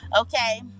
Okay